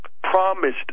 promised